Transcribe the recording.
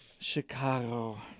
Chicago